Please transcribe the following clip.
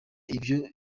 ivyo